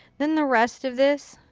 then the rest of this